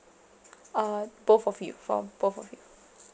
uh both of you for both of you